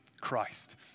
Christ